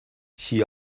she